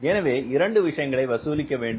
எனவே இரண்டு விஷயங்களை வசூலிக்க வேண்டும்